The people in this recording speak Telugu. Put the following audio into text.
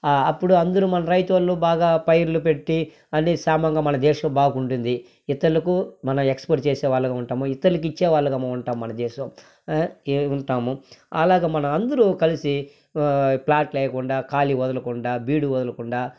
అప్పుడు అందురూ మన రైతు వాళ్ళు బాగా పైర్లు పెట్టి అన్నీ సమంగా మన దేశం బాగుటుంది ఇతలుకు మనం ఎక్స్పోర్ట్ చేసే వాళ్ళగా ఉంటాము ఇతరులకి ఇచ్చేవాళ్ళుగా ఉంటాం మన దేశం ఏ ఉంటాము అలాగ మన అందరు కలిసి ప్లాట్లు వేయకుండా ఖాళీ వదలకుండా బీడు వదలకుండా